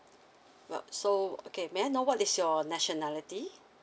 well so okay may I know what is your nationality